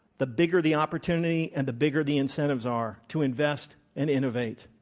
the bigger the opportunity and the bigger the incentives are to invest and innovate.